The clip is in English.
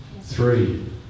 Three